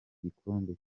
igikombe